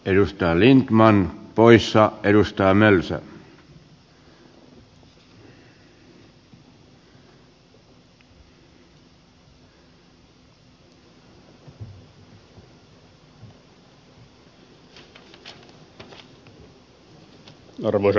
ei yhtään niin maan pois saa arvoisa puhemies